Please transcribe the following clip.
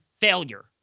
failure